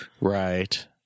Right